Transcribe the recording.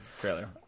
Trailer